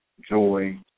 joy